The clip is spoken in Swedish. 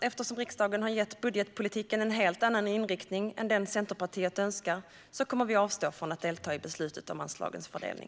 Eftersom riksdagen har gett budgetpolitiken en helt annan inriktning än den Centerpartiet önskar kommer vi att avstå från att delta i beslutet om anslagens fördelning.